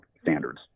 standards